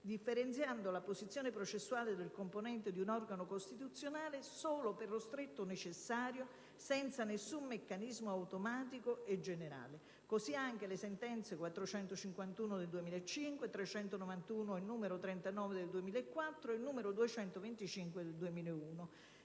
differenziando la posizione processuale del componente di un organo costituzionale solo per lo stretto necessario, senza alcun meccanismo automatico e generale (sentenze n. 451 del 2005, n. 391 e n. 39 del 2004 e n. 225 del 2001)".